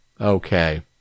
Okay